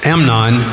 Amnon